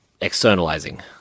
externalizing